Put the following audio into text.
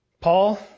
Paul